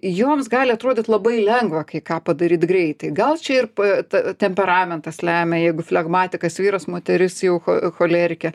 joms gali atrodyt labai lengva kai ką padaryt greitai gal čia ir pa ta temperamentas lemia jeigu flegmatikas vyras moteris jau cho cholerikė